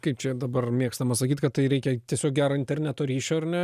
kaip čia dabar mėgstama sakyt kad tai reikia tiesiog gero interneto ryšio ar ne